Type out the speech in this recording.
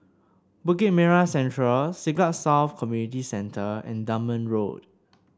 Bukit Merah Central Siglap South Community Centre and Dunman Road